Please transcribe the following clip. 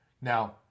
Now